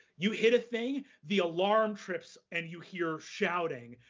you hit a thing, the alarm trips, and you hear shouting,